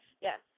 Yes